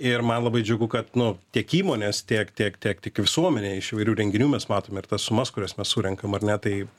ir man labai džiugu kad nu tiek įmonės tiek tiek tiek tik visuomenė iš įvairių renginių mes matome ir tas sumas kurias mes surenkam ar ne tai